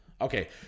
Okay